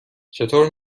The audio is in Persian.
چطور